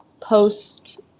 post